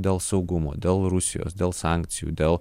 dėl saugumo dėl rusijos dėl sankcijų dėl